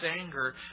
anger